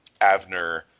Avner